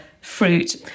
fruit